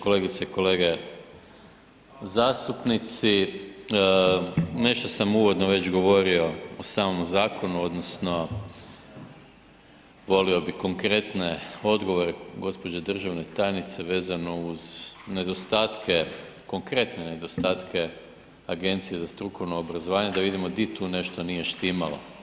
Kolegice i kolege zastupnici, nešto sam uvodno već govorio osamom zakonu odnosno volio bi konkretne odgovore gospođe državne tajnice vezano uz nedostatke, konkretne nedostatke Agencije za strukovno obrazovanje da vidimo di tu nešto nije štimalo.